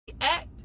act